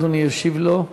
אדוני ישיב לו.